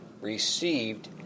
received